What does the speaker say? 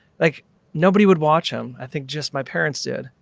like nobody would watch them. i think just my parents did.